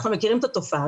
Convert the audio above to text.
אנחנו מכירים את התופעה,